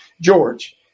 George